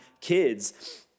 kids